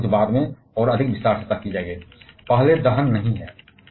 उनमें से कुछ पर बाद में और अधिक विस्तार से चर्चा की जाएगी पहला दहन नहीं है